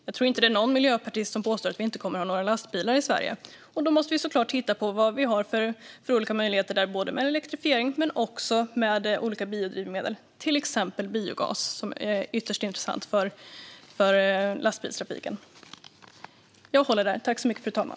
Jag tror inte att det finns någon miljöpartist som påstår att vi inte kommer att ha några lastbilar i Sverige, och därför måste vi såklart titta på vad vi har för olika möjligheter både vad gäller elektrifiering och vad gäller olika biodrivmedel - till exempel biogas, som är ytterst intressant för lastbilstrafiken.